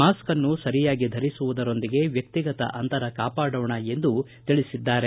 mask ಅನ್ನು ಸರಿಯಾಗಿ ಧರಿಸುವುದರೊಂದಿಗೆ ವ್ಯಕ್ತಿಗತ ಅಂತರ ಕಾಪಾಡೋಣ ಎಂದು ತಿಳಿಸಿದ್ದಾರೆ